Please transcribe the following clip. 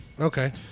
Okay